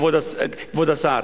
כבוד השר.